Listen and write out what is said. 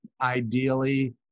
ideally